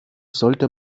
sollte